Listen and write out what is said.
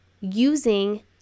using